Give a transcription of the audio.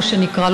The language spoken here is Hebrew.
מה שנקרא,